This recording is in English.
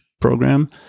Program